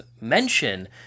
mention